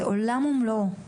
זה עולם ומלואו,